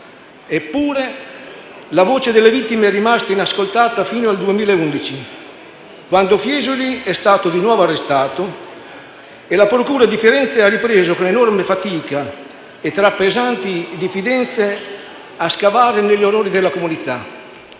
Eppure la voce delle vittime è rimasta inascoltata fino al 2011, quando Fiesoli è stato di nuovo arrestato e la procura di Firenze ha ripreso, con enorme fatica e tra pesanti diffidenze, a scavare negli orrori della comunità.